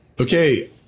Okay